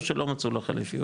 או שלא מצאו לו חליפי,